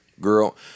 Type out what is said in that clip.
girl